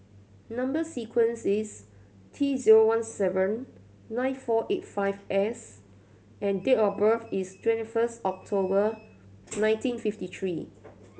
number sequence is T zero one seven nine four eight five S and date of birth is twenty first October nineteen fifty three